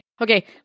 okay